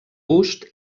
gust